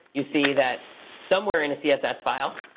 you see that, somewhere in a css file,